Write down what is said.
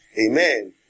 Amen